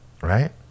Right